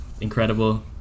incredible